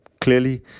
Clearly